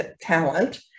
talent